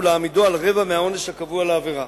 ולהעמידו על רבע מהעונש הקבוע לעבירה.